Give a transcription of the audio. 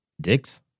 Dicks